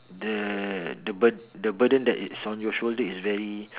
that the burd~ the burden that is on your shoulders is very